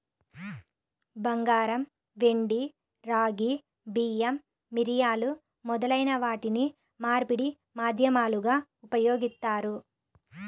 బంగారం, వెండి, రాగి, బియ్యం, మిరియాలు మొదలైన వాటిని మార్పిడి మాధ్యమాలుగా ఉపయోగిత్తారు